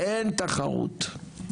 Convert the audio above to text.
אין תחרות.